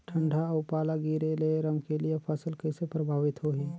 ठंडा अउ पाला गिरे ले रमकलिया फसल कइसे प्रभावित होही?